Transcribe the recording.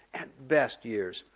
at best years,